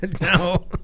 No